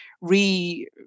Re